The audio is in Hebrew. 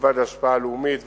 מלבד השפעה לאומית וכלכלית,